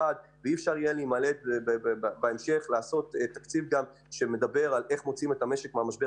ואי-אפשר יהיה בהמשך לעשות תקציב שמדבר על איך מוציאים את המשק מהמשבר